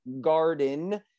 garden